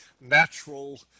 Natural